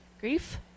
grief